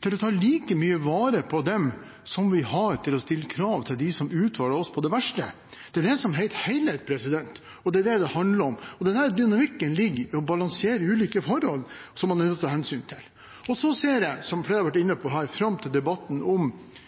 til å ta like mye vare på dem, som vi har til å stille krav til dem som utfordrer oss på det verste. Det er det som heter helhet, og det er det det handler om. Denne dynamikken ligger og balanserer ulike forhold som man er nødt til å ta hensyn til. Så ser jeg fram til – som flere her har vært inne på at de gjør – debatten om